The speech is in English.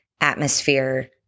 atmosphere